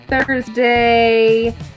Thursday